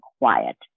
quiet